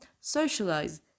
socialize